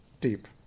deep